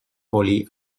polly